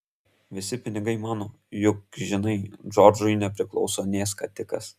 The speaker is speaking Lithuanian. visi pinigai mano juk žinai džordžui nepriklauso nė skatikas